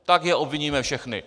Tak je obviníme všechny.